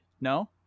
No